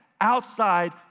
outside